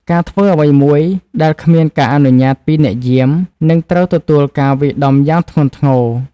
ការធ្វើអ្វីមួយដែលគ្មានការអនុញ្ញាតពីអ្នកយាម នឹងត្រូវទទួលការវាយដំយ៉ាងធ្ងន់ធ្ងរ។